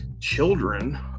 children